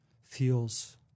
feels